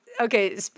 okay